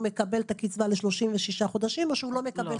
הוא מקבל את הקצבה ל-36 חודשים או שהוא לא מקבל כלום?